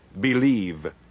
believe